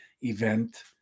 event